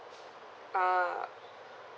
uh